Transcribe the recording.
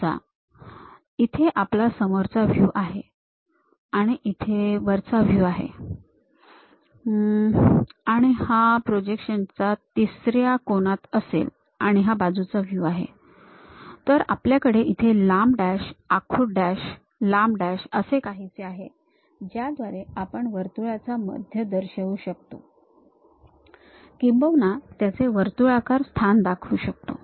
समजा इथे आपला समोरचा व्ह्यू आहे आणि इथे वरचा व्ह्यू आहे अं आणि हा प्रोजेक्शन च्या तिसऱ्या कोनात असेल आणि हा बाजूचा व्ह्यू आहे तर आपल्याकडे इथे लांब डॅश आखूड डॅश लांब डॅश असे काहीसे आहे ज्याद्वारे आपण वर्तुळाचा मध्य दर्शवू शकतो किंबहुना त्याचे वर्तुळाकार स्थान दाखवू शकतो